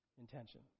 intention